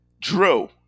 Drew